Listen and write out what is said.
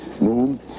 moon